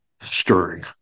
stirring